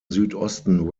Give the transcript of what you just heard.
südosten